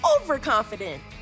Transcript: overconfident